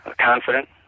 confident